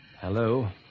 Hello